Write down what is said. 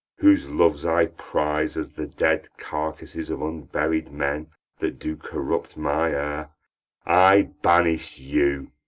whose loves i prize as the dead carcasses of unburied men that do corrupt my air i banish you